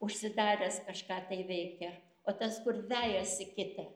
užsidaręs kažką tai veikia o tas kur vejasi kitą